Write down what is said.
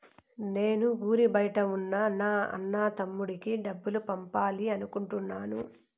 నేను ఊరి బయట ఉన్న నా అన్న, తమ్ముడికి డబ్బులు పంపాలి అనుకుంటున్నాను